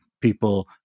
people